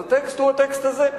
אז הטקסט הוא הטקסט הזה.